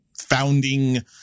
founding